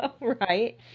Right